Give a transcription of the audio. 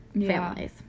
families